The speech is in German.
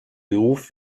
beruf